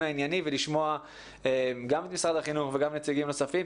הענייני ולשמוע גם את משרד החינוך וגם נציגים נוספים.